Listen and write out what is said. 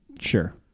Sure